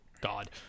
god